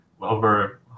over